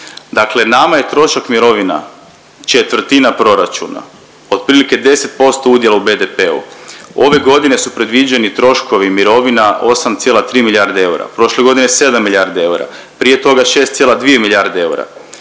dakle nama je trošak mirovina četvrtina proračuna. Otprilike 10% udjela u BDP-u, ove godine su predviđeni troškovi mirovina 8,3 milijarde eura, prošle godine 7 milijardi eura, prije toga 6,2 milijarde eura,